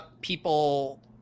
people